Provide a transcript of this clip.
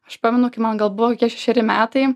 aš pamenu kai man gal buvo šešeri metai